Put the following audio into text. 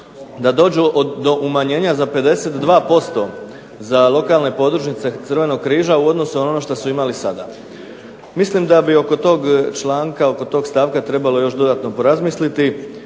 da dođe do umanjenja za 52% za lokalne podružnice Crvenog križa u odnosu na ono što su imali sada. Mislim da bi oko tog članka, oko tog stavka trebalo još dodatno porazmisliti